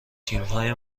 تیمهای